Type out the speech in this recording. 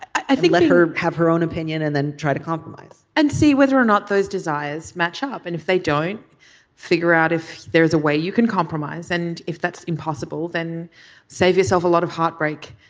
i think let her have her own opinion and then try to compromise and see whether or not those desires match ah up and if they don't figure out if there is a way you can compromise and if that's impossible then save yourself a lot of heartbreak.